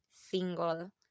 single